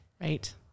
Right